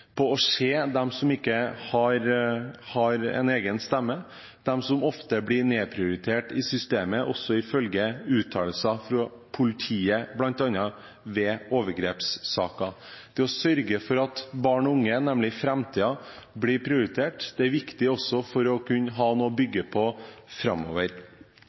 på å se dem som ikke har en egen stemme, og dem som ofte blir nedprioritert i systemet – dette også ifølge uttalelser fra politiet bl.a. ved overgrepssaker. Det å sørge for at barn og unge – nemlig framtiden – blir prioritert, er viktig også for å kunne ha noe å bygge på framover.